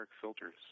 filters